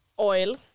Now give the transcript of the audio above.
Oil